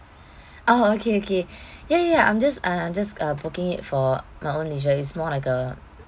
oh okay okay ya ya ya I'm just uh I'm just uh booking it for my own leisure it's more like a